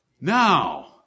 Now